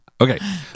Okay